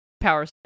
power